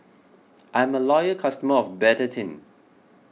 I'm a loyal customer of Betadine